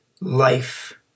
life